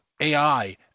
AI